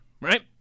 right